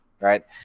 right